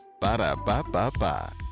Ba-da-ba-ba-ba